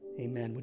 amen